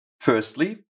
Firstly